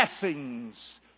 blessings